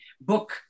book